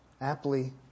aptly